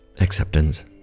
acceptance